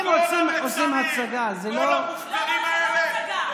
אתם עושים הצגה, זה לא, לא, זו לא הצגה.